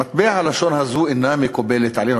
מטבע הלשון הזה אינו מקובל עלינו.